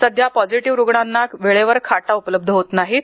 सध्या पॉझिटिव्ह रुग्णांना वेळेवर खाटा उपलब्ध होत नाहीत